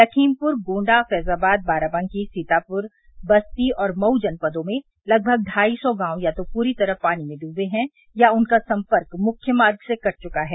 लखीमपुर गोंडा फैजाबाद बाराबंकी सीतापुर बस्ती और मऊ जनपदों में लगभग ढ़ाई सौ गांव या तो पूरी तरह पानी में डूबे हैं या उनका संपर्क मुख्य मार्ग से कट चुका है